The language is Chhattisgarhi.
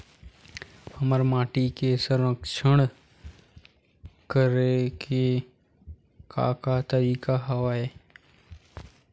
हमर माटी के संरक्षण करेके का का तरीका हवय?